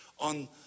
on